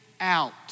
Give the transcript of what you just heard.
out